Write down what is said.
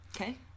Okay